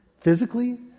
physically